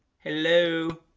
hello